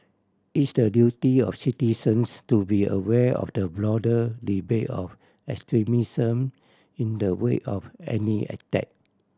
it's the duty of citizens to be aware of the broader debate of extremism in the wake of any attack